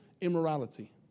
immorality